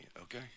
okay